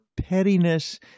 pettiness